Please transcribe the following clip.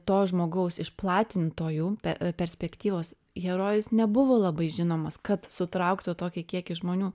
to žmogaus iš platintojų pe perspektyvos herojus nebuvo labai žinomas kad sutrauktų tokį kiekį žmonių